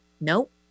nope